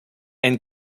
and